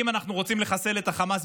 אם אנחנו רוצים לחסל את החמאס,